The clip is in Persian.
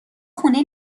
خونه